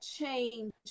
change